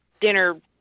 dinner